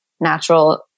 natural